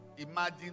Imagine